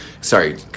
Sorry